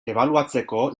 ebaluatzeko